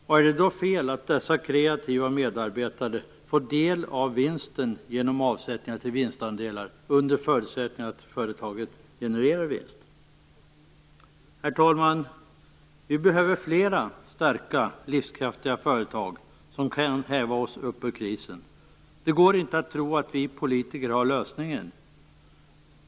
Och är det då fel att dessa kreativa medarbetare får del av vinsten genom avsättning till vinstandelar, under förutsättning att företaget genererar en vinst? Herr talman! Vi behöver fler starka livskraftiga företag som kan häva oss ur krisen. Det går inte att tro att vi politiker har lösningen.